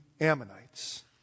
Ammonites